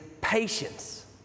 patience